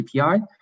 API